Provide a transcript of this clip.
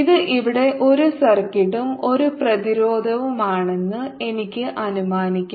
ഇത് ഇവിടെ ഒരു സർക്യൂട്ടും ഒരു പ്രതിരോധവുമാണെന്ന് എനിക്ക് അനുമാനിക്കാം